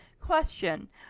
Question